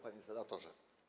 Panie Senatorze!